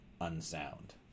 unsound